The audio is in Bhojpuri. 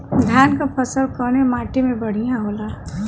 धान क फसल कवने माटी में बढ़ियां होला?